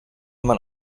mann